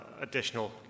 additional